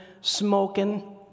smoking